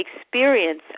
experience